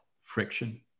friction